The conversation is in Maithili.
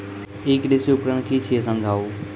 ई कृषि उपकरण कि छियै समझाऊ?